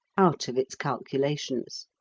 out of its calculations.